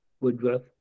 Woodruff